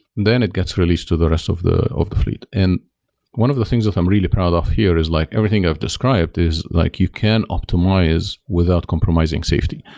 then it gets released to the rest of the of the fleet and one of the things that i'm really proud of here is like everything i've described is like you can optimize without compromising safety.